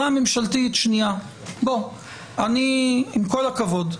עם כל הכבוד,